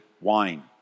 wine